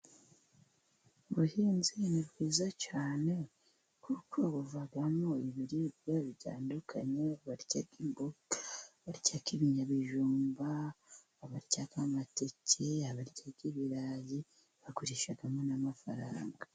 Ubuhinzi ni bwiza cyane, kuko buvamo ibiribwa bitandukanye barya imboga, barya ibinyabijumba, abarya amateke, abarya ibirayi, bagurishamo n'amafaranga.